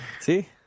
See